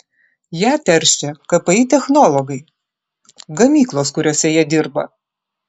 ją teršia kpi technologai gamyklos kuriose jie dirba